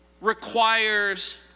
requires